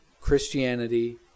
Christianity